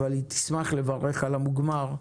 אבל היא תשמח לברך על המוגמר,